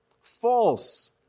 False